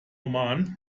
oman